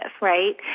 right